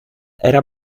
era